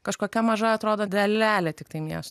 kažkokia maža atrodo dalelė tiktai mies